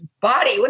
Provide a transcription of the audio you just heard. body